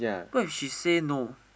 what if she say no